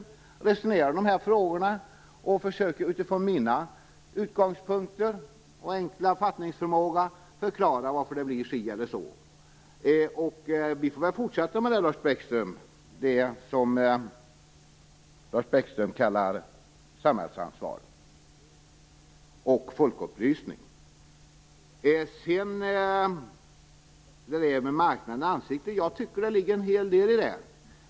Jag resonerar om de här frågorna och försöker utifrån mina utgångspunkter och min enkla fattningsförmåga förklara varför det blir si eller så. Vi får väl fortsätta med detta, som Lars Bäckström kallar för samhällsansvar och folkupplysning. Jag tycker att det ligger en hel del i det som sagts om marknadens ansikte.